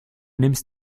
nimmst